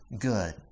good